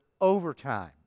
overtime